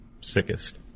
sickest